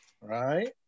right